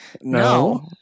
No